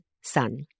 Sun